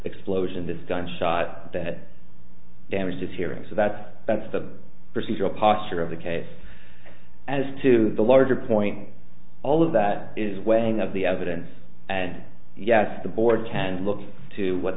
explosion this gunshot that damaged his hearing so that that's the procedure posture of the case as to the larger point all of that is weighing up the evidence and yes the board can look to what